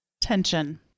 tension